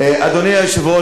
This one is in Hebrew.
אדוני היושב-ראש,